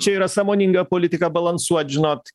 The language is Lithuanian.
čia yra sąmoninga politika balansuot žinot